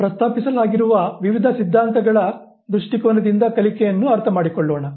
ಈಗ ಪ್ರಸ್ತಾಪಿಸಲಾಗಿರುವ ವಿವಿಧ ಸಿದ್ಧಾಂತಗಳ ದೃಷ್ಟಿಕೋನದಿಂದ ಕಲಿಕೆಯನ್ನು ಅರ್ಥಮಾಡಿಕೊಳ್ಳೋಣ